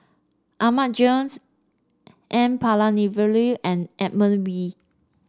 Ahmad Jais N Palanivelu and Edmund Wee